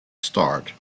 start